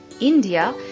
india